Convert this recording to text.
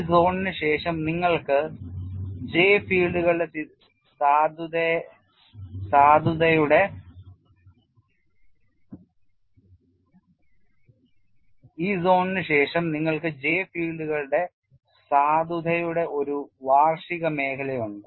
ഈ സോണിന് ശേഷം നിങ്ങൾക്ക് J ഫീൽഡുകളുടെ സാധുതയുടെ ഒരു വാർഷിക മേഖലയുണ്ട്